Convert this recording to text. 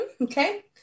Okay